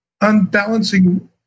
unbalancing